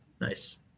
Nice